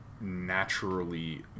naturally